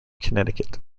connecticut